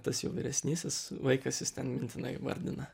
tas jau vyresnysis vaikas jis ten mintinai vardina